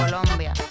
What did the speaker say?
Colombia